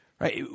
right